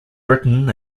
britain